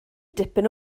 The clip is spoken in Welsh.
dipyn